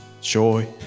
joy